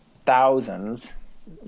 thousands